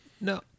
No